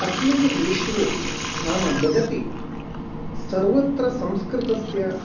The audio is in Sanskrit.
अस्मिन् विश्वे नाम जगति सर्वत्र संस्कृतस्य